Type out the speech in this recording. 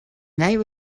night